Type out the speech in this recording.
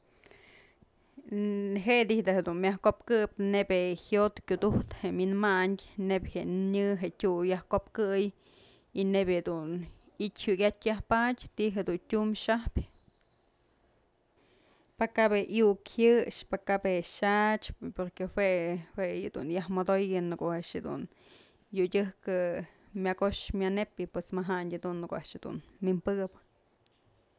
Je'e di'ij da'a dunmyaj kopkëbnebyë jyot kyudujtë je'e wi'inmayndë jë nyë jë tyu yaj kopkëy y neyb jedun i'ityë jukyatë yajpadyë ti'i jedun tyum xajpyë pakabë iuk jyëx pë kap je'e xyach porque jue jue yëdun yaj modoyë në ko'o a'ax jedun yodyëjkë mya kox mya nep y pues majandyë jedun ko'o a'ax jedun wynpëkëp.